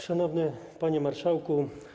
Szanowny Panie Marszałku!